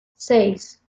seis